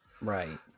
Right